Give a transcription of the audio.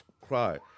cry